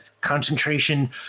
concentration